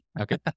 Okay